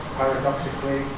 paradoxically